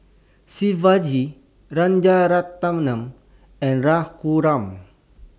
Shivaji Rajaratnam and Raghuram